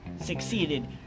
succeeded